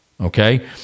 okay